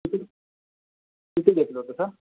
किती किती घेतलं होतं सर